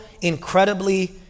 incredibly